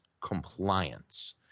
compliance